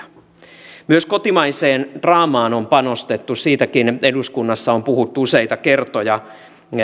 tietynlaisia ajankuvia myös kotimaiseen draamaan on panostettu siitäkin eduskunnassa on puhuttu useita kertoja